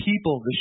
people